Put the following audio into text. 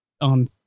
on